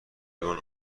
لیوان